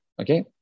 Okay